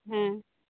ᱦᱮᱸ